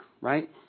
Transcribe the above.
right